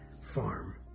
farm